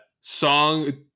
song